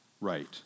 right